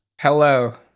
Hello